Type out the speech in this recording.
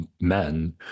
men